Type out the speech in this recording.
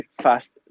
fast